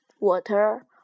water